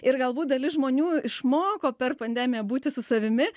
ir galbūt dalis žmonių išmoko per pandemiją būti su savimi